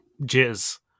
jizz